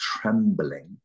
trembling